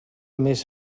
més